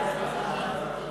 ההצעה להעביר